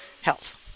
health